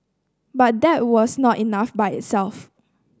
but that was not enough by itself